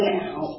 now